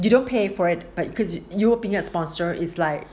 you don't pay for it but cause you being a sponsor is like